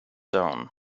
down